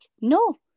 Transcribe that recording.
no